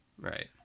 right